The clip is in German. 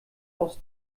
aus